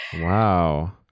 wow